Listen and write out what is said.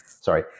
sorry